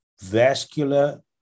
vascular